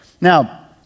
Now